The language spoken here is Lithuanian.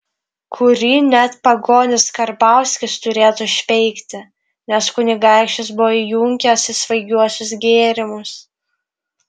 kurį net pagonis karbauskis turėtų išpeikti nes kunigaikštis buvo įjunkęs į svaigiuosius gėrimus